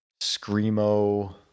Screamo